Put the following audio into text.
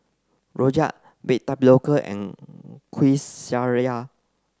Rojak baked Tapioca and Kueh Syara